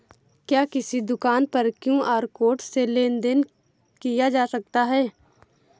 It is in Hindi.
क्या किसी दुकान पर क्यू.आर कोड से लेन देन देन किया जा सकता है?